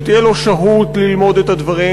כדי שתהיה לו שהות ללמוד את הדברים,